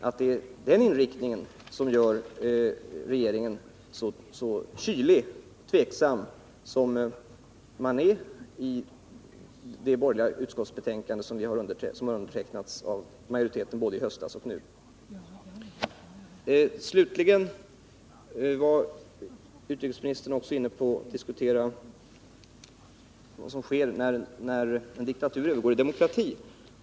Är det denna inriktning som gör regeringen så kylig och tveksam som man är i utskottsbetänkandet, som har undertecknats av den borgerliga majoriteten? Slutligen diskuterade utrikesministern vad som sker när en diktatur övergår i demokrati.